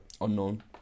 Unknown